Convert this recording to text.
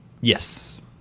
Yes